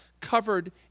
covered